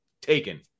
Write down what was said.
Taken